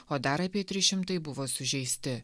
o dar apie tris šimtai buvo sužeisti